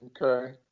Okay